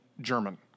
German